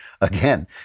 again